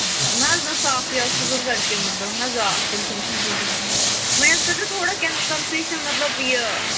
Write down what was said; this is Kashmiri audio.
اچھا نہ حظ نہ صافٕے حظ چھُ ضوٚرَتھ کہِ مَطلب اہن حظ آ اَتھٕ تِلہٕ چھُ گَژھان دُرٛوٚگُے پَہَم تہٕ وۄنۍ حظ کٔرۍ زِ تھوڑا کٮ۪ن کَنسیشن مَطلب یہِ